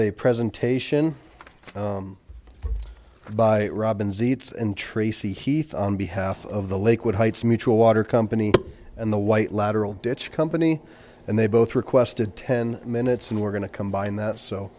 a presentation by robin zeitz and tracy heath on behalf of the lakewood heights mutual water company and the white lateral ditch company and they both requested ten minutes and we're going to combine that so